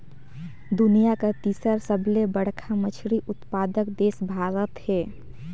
दुनिया कर तीसर सबले बड़खा मछली उत्पादक देश भारत हे